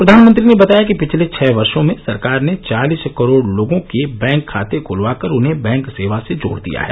प्रधानमंत्री ने बताया कि पिछले छह वर्षो में सरकार ने चालीस करोड लोगों के बैंक खाते खलवा कर उन्हें बैंक सेवा से जोड दिया है